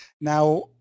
Now